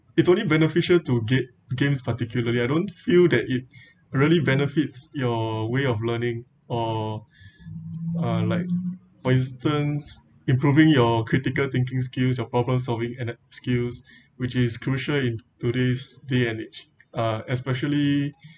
it's only beneficial to ga~ games particularly I don't feel that it really benefits your way of learning or uh like for instance improving your critical thinking skills or problem solving and~ skills which is crucial in today's day and age uh especially